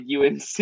UNC